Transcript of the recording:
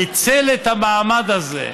ניצל את המעמד הזה,